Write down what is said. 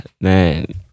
Man